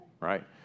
right